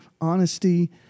honesty